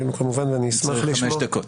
אני צריך חמש דקות.